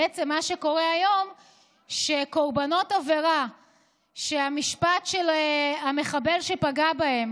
בעצם מה שקורה היום הוא שקורבנות עבירה שהמשפט של המחבל שפגע בהם,